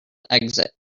exit